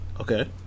okay